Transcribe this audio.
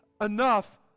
enough